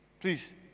Please